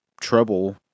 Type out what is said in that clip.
trouble